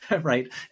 right